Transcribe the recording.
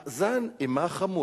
מאזן אימה חמור.